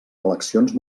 eleccions